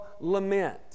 lament